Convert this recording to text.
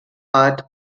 art